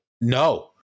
No